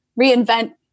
reinvent